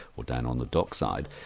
or down on the dockside,